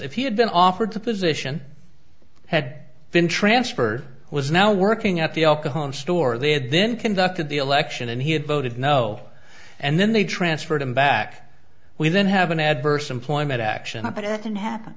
if he had been offered the position had been transferred or was now working out the alcohol in store they had then conducted the election and he had voted no and then they transferred him back we then have an adverse employment action but it didn't happen